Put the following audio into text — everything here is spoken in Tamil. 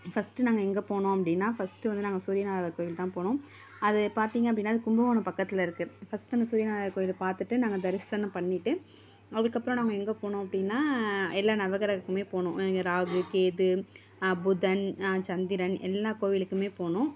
ஃபர்ஸ்ட் நாங்கள் எங்கே போனோம் அப்படின்னா ஃபர்ஸ்ட் வந்து நாங்கள் சூரியனார் கோயில்தான் போனோம் அது பார்த்தீங்க அப்படின்னா அது கும்பகோணம் பக்கத்தில் இருக்குது ஃபர்ஸ்ட்டு அந்த சூரியனார் கோயிலை பார்த்துட்டு நாங்கள் தரிசனம் பண்ணிவிட்டு அதுக்கப்புறம் நாங்கள் எங்கே போனோம் அப்படின்னா எல்லா நவக்கிரகக்குமே போனோம் ராகு கேது புதன் சந்திரன் எல்லா கோவிலுக்குமே போனோம்